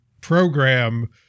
program